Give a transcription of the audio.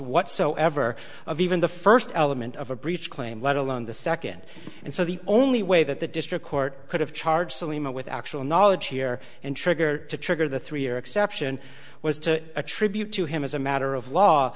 whatsoever of even the first element of a breach claim let alone the second and so the only way that the district court could have charged salema with actual knowledge here and trigger to trigger the three year exception was to attribute to him as a matter of law